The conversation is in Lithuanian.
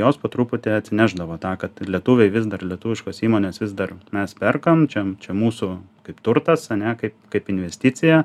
jos po truputį atsinešdavo tą kad lietuviai vis dar lietuviškos įmonės vis dar mes perkančiam čia čia mūsų kaip turtas ane kaip kaip investicija